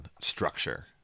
structure